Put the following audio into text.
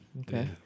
Okay